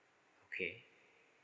okay